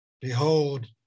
Behold